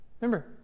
Remember